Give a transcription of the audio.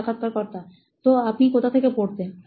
সাক্ষাৎকারকর্তা তো আপনি কোথা থেকে পড়তেন